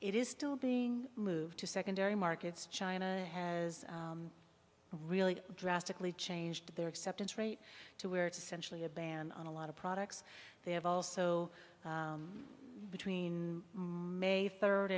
it is still being moved to secondary markets china has really drastically changed their acceptance rate to where it's essentially a ban on a lot of products they have also between may third